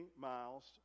miles